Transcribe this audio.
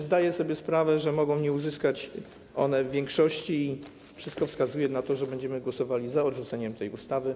Zdaję sobie sprawę, że mogą one nie uzyskać większości i wszystko wskazuje na to, że będziemy głosowali za odrzuceniem tej ustawy.